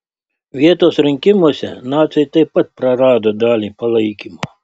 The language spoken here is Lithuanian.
vietos rinkimuose naciai taip pat prarado dalį palaikymo